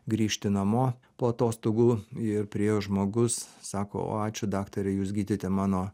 grįžti namo po atostogų ir priėjo žmogus sako o ačiū daktare jūs gydėte mano